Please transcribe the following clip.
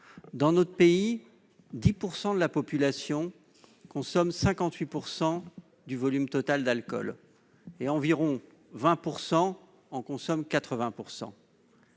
Dans notre pays, quelque 10 % de la population consomment 58 % du volume total d'alcool, et environ 20 % en consomment 80 %.